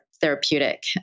therapeutic